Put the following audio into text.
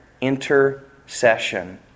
Intercession